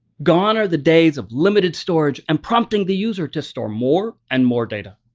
gone are the days of limited storage and prompting the user to store more and more data.